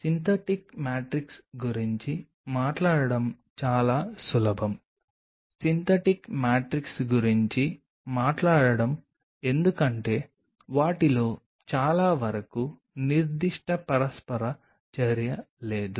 synthetic matrix గురించి మాట్లాడటం చాలా సులభం సింథటిక్ మ్యాట్రిక్స్ గురించి మాట్లాడటం ఎందుకంటే వాటిలో చాలా వరకు నిర్దిష్ట పరస్పర చర్య లేదు